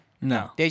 No